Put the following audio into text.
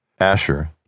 Asher